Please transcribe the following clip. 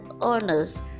honors